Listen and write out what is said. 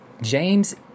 James